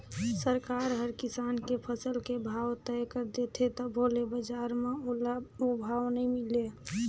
सरकार हर किसान के फसल के भाव तय कर देथे तभो ले बजार म ओला ओ भाव नइ मिले